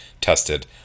tested